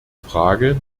frage